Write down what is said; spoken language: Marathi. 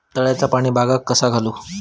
तळ्याचा पाणी बागाक कसा घालू?